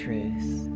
truth